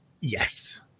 yes